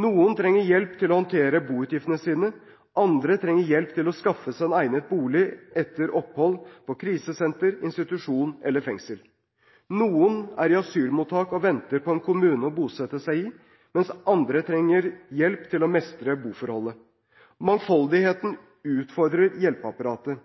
Noen trenger hjelp til å håndtere boutgiftene sine, andre trenger hjelp til å skaffe seg en egnet bolig etter opphold på krisesenter, på institusjon eller i fengsel. Noen er i asylmottak og venter på en kommune å bosette seg i, mens andre trenger hjelp til å mestre boforholdet. Mangfoldigheten utfordrer hjelpeapparatet.